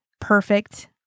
perfect